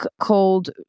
called